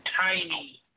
tiny